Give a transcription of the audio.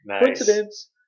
coincidence